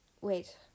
wait